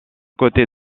côté